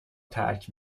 ترک